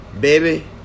Baby